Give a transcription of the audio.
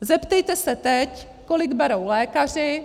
Zeptejte se teď, kolik berou lékaři.